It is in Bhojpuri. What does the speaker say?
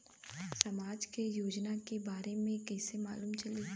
समाज के योजना के बारे में कैसे मालूम चली?